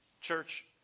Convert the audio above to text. Church